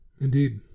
Indeed